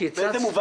לא מקור.